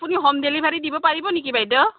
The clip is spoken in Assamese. আপুনি হোম ডেলিভাৰী দিব পাৰিব নেকি বাইদেউ